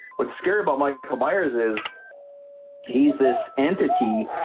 what's scary about michael myers is he's this entity,